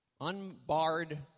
unbarred